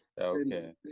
Okay